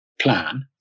plan